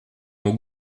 mon